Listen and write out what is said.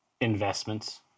Investments